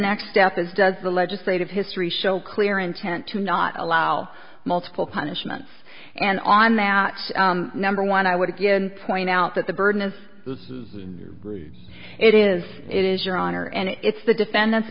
next step is does the legislative history show clear intent to not allow multiple punishments and on that number one i would again point out that the burden is it is it is your honor and it's the defendant's